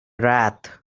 wrath